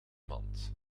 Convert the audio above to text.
mand